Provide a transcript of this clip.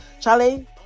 charlie